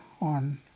on